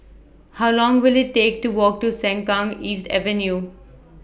How Long Will IT Take to Walk to Sengkang East Avenue